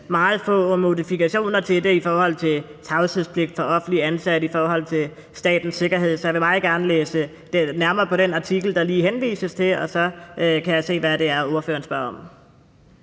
få modifikationer af den omkring tavshedspligt for offentligt ansatte i forhold til statens sikkerhed. Så jeg vil meget gerne læse nærmere på den artikel, der lige henvises til, og så kan jeg se, hvad det er, ordføreren spørger om.